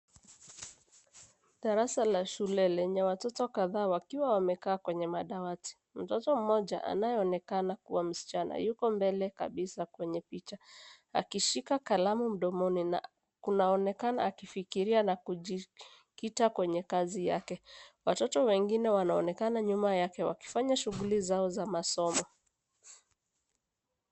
Darasa la shule lenye watoto kadhaa wakiwa wamekaa kwenye madawati. Mtoto mmoja anayeonekana kuwa msichana yuko mbele kabisa kwenye picha, akishika kalamu mdomoni na kunaonekana akifikiria na kujikita kwenye kazi yake. Watoto wengine wanaonekana nyuma yake wakifanya shughuli zao za masomo.